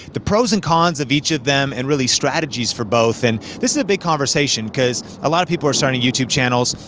the pros and cons of each of them and really strategies for both. and this is a big conversation cuz a lot of people are starting youtube channels,